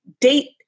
date